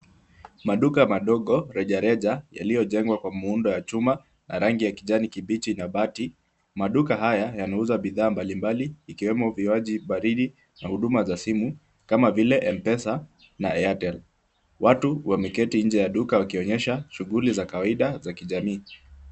Maduka madogo rejareja yaliyojengwa kwa muundo wa chuma na rangi ya kijani kibichi na bati. Maduka haya yanauza bidhaa mbalimbali ikiwemo vinywaji baridi na huduma za simu kama vile M-Pesa na Airtel. Watu wameketi nje ya duka wakionyesha shughuli za kawaida za kijamii.